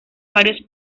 varios